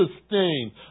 sustain